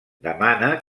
demana